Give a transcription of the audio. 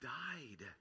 died